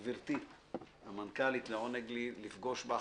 גברתי המנכ"לית, לעונג לי לפגוש בך.